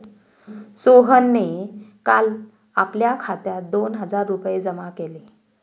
सोहनने काल आपल्या खात्यात दोन हजार रुपये जमा केले